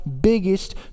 biggest